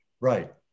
Right